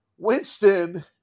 Winston